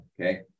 okay